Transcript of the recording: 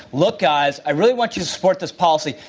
look guys, i really want you to support this policy.